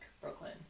Brooklyn